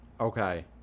Okay